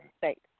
Thanks